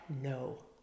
no